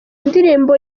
ndirimbo